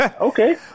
okay